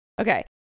Okay